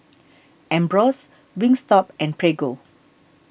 Ambros Wingstop and Prego